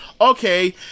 okay